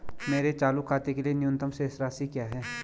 मेरे चालू खाते के लिए न्यूनतम शेष राशि क्या है?